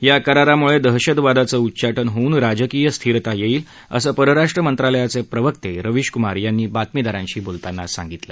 या करारामुळे दहशतवादाचं उच्चाटन होऊन राजकीय स्थिरता येईल असं परराष्ट्र मंत्रालयाचे प्रवक्ते रवीश कुमार यांनी बातमीदारांना सांगतलं